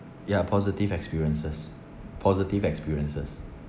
ya positive experiences positive experiences